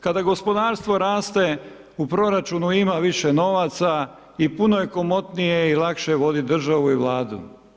Kada gospodarstvo raste, u proračunu ima više novaca i puno je komotnije i lakše voditi državu i Vladu.